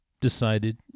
decided